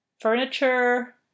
furniture